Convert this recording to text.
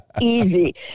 easy